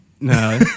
No